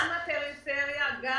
יש